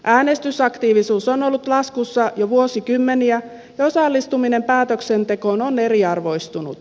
äänestysaktiivisuus on ollut laskussa jo vuosikymmeniä ja osallistuminen päätöksentekoon on eriarvoistunut